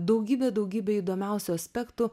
daugybė daugybė įdomiausių aspektų